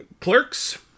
Clerks